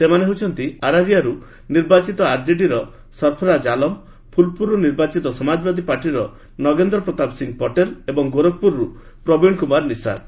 ସେମାନେ ହେଉଛନ୍ତି ଆରାରିଆରୁ ନିର୍ବାଚିତ ଆର୍ଜେଡିର ସର୍ଫରାଜ ଆଲମ ଫୁଲପୁରରୁ ନିର୍ବାଚିତ ସମାଜବାଦୀ ପାର୍ଟିର ନଗେନ୍ଦ୍ର ପ୍ରତାପ ସିଂ ପଟେଲ ଏବଂ ଗୋରଖପୁରରୁ ପ୍ରବୀଣ କୁମାର ନିଶାଦ